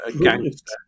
gangster